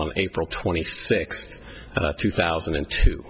on april twenty sixth two thousand and two